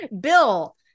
Bill